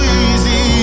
easy